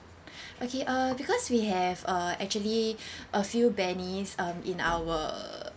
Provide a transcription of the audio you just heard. okay uh because we have uh actually a few benny's um in our